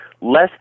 less